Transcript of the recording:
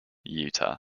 utah